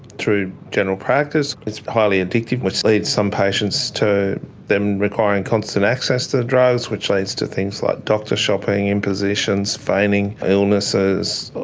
through general practice. it's highly addictive which leads some patients to them requiring constant access to the drugs, which leads to things like doctor shopping, impositions, feigning illnesses,